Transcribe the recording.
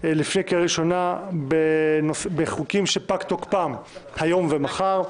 לקריאה ראשונה בחוקים שפג תוקפם היום ומחר.